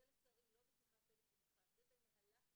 זה לצערי לא בשיחת טלפון אחת,